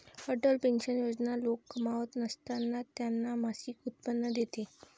Atal pension योजना लोक कमावत नसताना त्यांना मासिक उत्पन्न देते